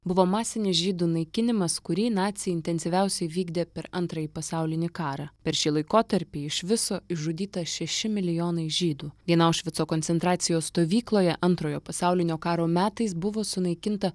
buvo masinis žydų naikinimas kurį naciai intensyviausiai vykdė per antrąjį pasaulinį karą per šį laikotarpį iš viso išžudyta šeši milijonai žydų viena aušvico koncentracijos stovykloje antrojo pasaulinio karo metais buvo sunaikinta